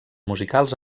musicals